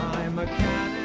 i'm a canon